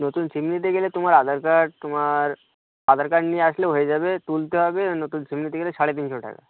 নতুন সিম নিতে গেলে তোমার আধার কার্ড তোমার আধার কার্ড নিয়ে আসলে হয়ে যাবে তুলতে হবে নতুন সিম নিতে গেলে সাড়ে তিনশো টাকা